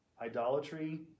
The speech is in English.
idolatry